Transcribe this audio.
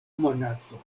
monato